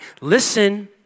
listen